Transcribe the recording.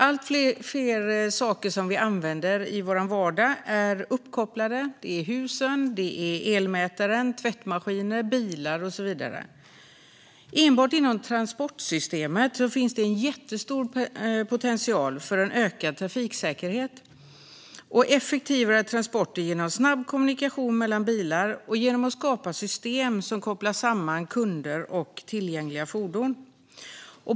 Allt fler saker som vi använder i vår vardag är uppkopplade - hus, elmätare, tvättmaskiner, bilar och så vidare. Enbart inom transportsystemet finns det en jättestor potential för ökad trafiksäkerhet och effektivare transporter genom snabb kommunikation mellan bilar och genom skapande av system som kopplar samman kunder och tillgängliga fordon.